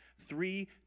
three